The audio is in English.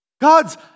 God's